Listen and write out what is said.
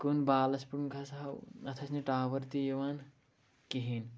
کُن بالَس پٮ۪ٹھ گژھٕ ہَو اَتھ ٲسۍ نہٕ ٹاوَر تہِ یِوان کِہیٖنۍ